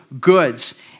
goods